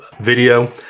video